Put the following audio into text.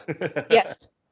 yes